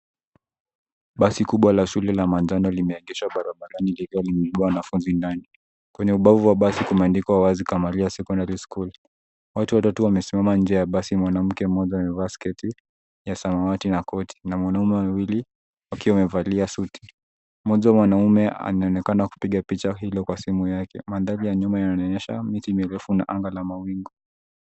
Basi kubwa la shule la manjano limeegeshwa barabarani likiwa limebeba wanafunzi ndani ,kwenye ubavu wa basi kumeandikwa wazi kamacharia sekondari ,watu watatu wamesimama nje ya basi mwanamke mmoja amevaa sketi ya samawati na koti na wanaume wawili wamevalia suti ,mmoja mwanaume anaonekana kupiga picha yake hilo kwa simu yake mandhari ya nyuma inaonyesha miti mirefu na anga la mawingu.